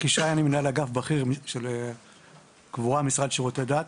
מנהל אגף בכיר, קבורה, המשרד לשירותי דת.